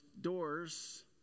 doors